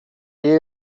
you